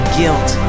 guilt